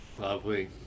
lovely